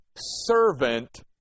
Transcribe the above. servant